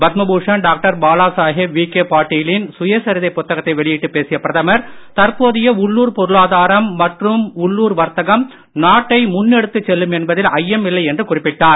Padma Bhushan doctor Balasaheb Vikhe பாட்டீலின் சுயசரிதை புத்தகத்தை வெளியிட்டு பேசிய பிரதமர் தற்போதைய உள்ளுர் பொருளாதாரம் மற்றும் உள்ளுர் வர்த்தகம் நாட்டை முன் எடுத்துச் செல்லும் என்பது ஐயம் இல்லை என்று குறிப்பிட்டார்